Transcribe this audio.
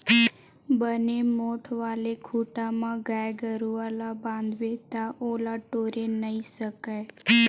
बने मोठ्ठ वाले खूटा म गाय गरुवा ल बांधबे ता ओला टोरे नइ सकय